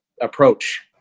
approach